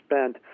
spent